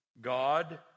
God